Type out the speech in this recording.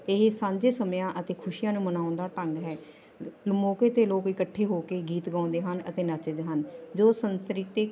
ਇਹ ਸਾਂਝੇ ਸਮਿਆਂ ਅਤੇ ਖੁਸ਼ੀਆਂ ਨੂੰ ਮਨਾਉਣ ਦਾ ਢੰਗ ਹੈ ਮੌਕੇ 'ਤੇ ਲੋਕ ਇਕੱਠੇ ਹੋ ਕੇ ਗੀਤ ਗਾਉਂਦੇ ਹਨ ਅਤੇ ਨੱਚਦੇ ਹਨ ਜੋ ਸੰਸਕ੍ਰਿਤਿਕ